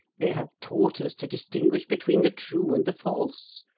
they have taught us to distinguish between the true and the false.